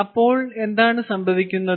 അപ്പോൾ എന്താണ് സംഭവിക്കുന്നത്